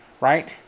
Right